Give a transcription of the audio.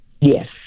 Yes